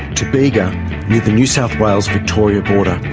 to bega near the new south wales, victoria border,